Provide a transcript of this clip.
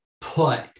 put